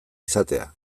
izatea